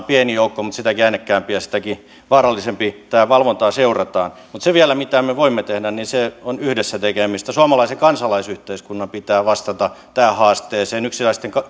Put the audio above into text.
pieni joukko mutta sitäkin äänekkäämpi ja sitäkin vaarallisempi tätä valvontaa seurataan se vielä mitä me voimme tehdä on yhdessä tekemistä suomalaisen kansalaisyhteiskunnan pitää vastata tähän haasteeseen yksittäisten